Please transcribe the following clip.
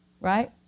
right